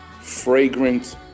fragrant